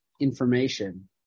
information